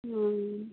हँ